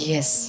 Yes